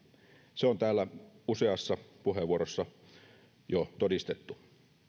se on täällä useassa puheenvuorossa jo todistettu